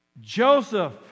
Joseph